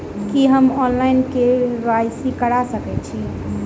की हम online, KYC करा सकैत छी?